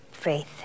faith